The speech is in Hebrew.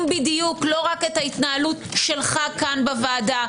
בדיוק לא רק את ההתנהלות שלך כאן בוועדה,